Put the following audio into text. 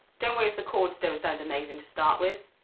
don't worry if the chords don't sound amazing to start with,